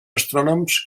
astrònoms